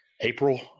April